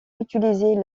utilisés